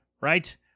right